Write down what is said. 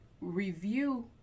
review